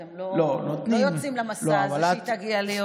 אתם לא יוצאים למסע הזה שהיא תגיע להיות,